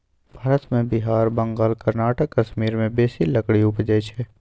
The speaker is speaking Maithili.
भारत मे बिहार, बंगाल, कर्नाटक, कश्मीर मे बेसी लकड़ी उपजइ छै